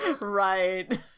Right